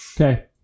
Okay